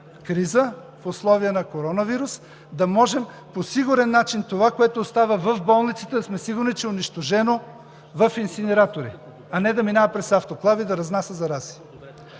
криза, в условия на коронавирус, да можем да сме сигурни за това, което остава в болниците, че е унищожено в инсинераторите, а не да минава през автоклави и да разнася зарази.